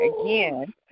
again